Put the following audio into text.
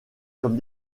comme